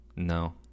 no